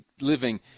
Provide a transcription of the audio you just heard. living